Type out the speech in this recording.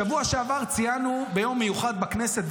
בשבוע שעבר ציינו יום מיוחד בכנסת,